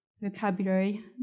vocabulary